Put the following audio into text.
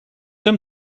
them